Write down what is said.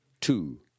Two